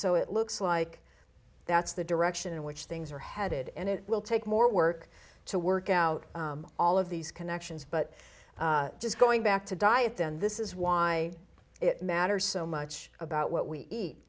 so it looks like that's the direction in which things are headed and it will take more work to work out all of these connections but just going back to diet and this is why it matters so much about what we